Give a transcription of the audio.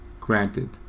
granted